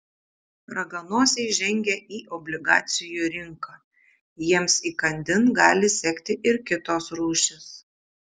raganosiai žengia į obligacijų rinką jiems įkandin gali sekti ir kitos rūšys